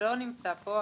שלא נמצא פה,